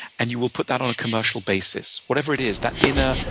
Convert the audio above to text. and you will put that on a commercial basis. whatever it is, that inner,